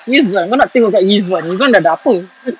izuan kau nak tengok kat izuan izuan ada apa